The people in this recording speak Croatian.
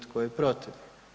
Tko je protiv?